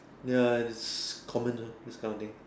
ya and it's common uh this kind of thing